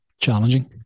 challenging